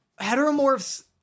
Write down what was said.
heteromorphs